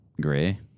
Gray